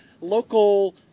local